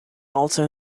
also